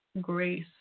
Grace